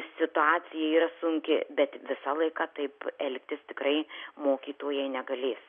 situacija yra sunki bet visą laiką taip elgtis tikrai mokytojai negalės